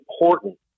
important